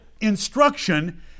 instruction